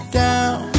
down